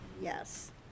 Yes